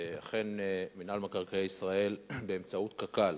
אכן, מינהל מקרקעי ישראל, באמצעות קק"ל,